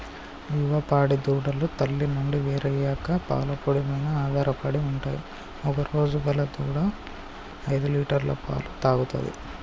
యువ పాడి దూడలు తల్లి నుండి వేరయ్యాక పాల పొడి మీన ఆధారపడి ఉంటయ్ ఒకరోజు గల దూడ ఐదులీటర్ల పాలు తాగుతది